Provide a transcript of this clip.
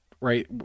right